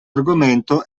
argomento